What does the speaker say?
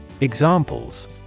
Examples